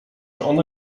one